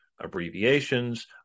abbreviations